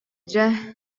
дьэ